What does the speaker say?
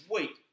Wait